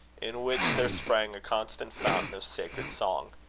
in which there sprang a constant fountain of sacred song.